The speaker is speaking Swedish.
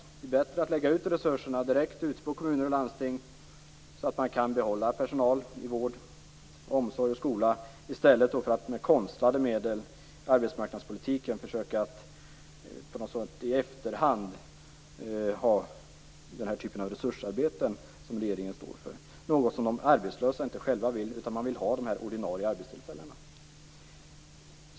Det är bättre att lägga ut resurserna direkt på kommuner och landsting så att man kan behålla personal i vård, omsorg och skola i stället för att med konstlade medel, med arbetsmarknadspolitiken, försöka att i efterhand ha resursarbeten som regeringen står för, något som de arbetslösa själva inte vill ha, utan man vill ha ordinarie arbetstillfällen. Fru talman!